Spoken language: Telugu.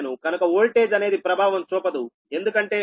కనుక ఓల్టేజ్ అనేది ప్రభావం చూపదు ఎందుకంటే 6